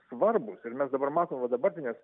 svarbūs ir mes dabar matom va dabartinės